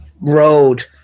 road